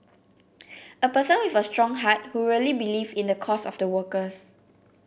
a person with a strong heart who really believe in the cause of the workers